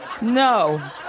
No